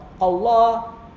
Allah